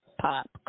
pop